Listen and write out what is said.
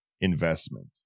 investment